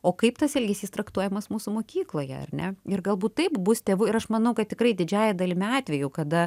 o kaip tas elgesys traktuojamas mūsų mokykloje ar ne ir galbūt taip bus tėvų ir aš manau kad tikrai didžiąja dalimi atvejų kada